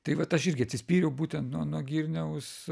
tai vat aš irgi atsispyriau būtent nuo nuo girniaus